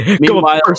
Meanwhile